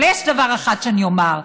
אבל יש דבר אחד שאני אומר,